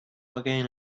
again